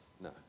No